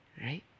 Right